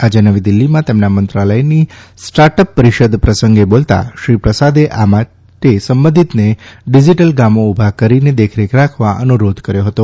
આજે નવી દિલ્હીમાં તેમના મંત્રાલયની સ્ટાર્ટઅપ પરિષદ પ્રસંગે બોલતાં શ્રી પ્રસાદે આ માટે સંબંધિતને ડીજીટલ ગામો ઉભાં કરી દેખરેખ રાખવા અનુરોધ કર્યો હતો